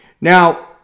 Now